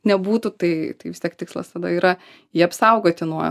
nebūtų tai tai vis tiek tikslas tada yra jį apsaugoti nuo